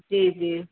जी जी